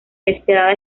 despiadada